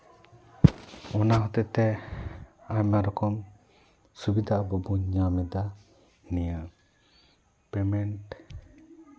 ᱚᱱᱟ ᱦᱚᱛᱮ ᱛᱮ ᱟᱭᱢᱟ ᱨᱚᱠᱚᱢ ᱥᱩᱵᱤᱫᱷᱟ ᱟᱵᱚ ᱵᱚᱱ ᱧᱟᱢ ᱮᱫᱟ ᱱᱤᱭᱟᱹ ᱯᱮᱢᱮᱱᱴ